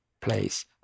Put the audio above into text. place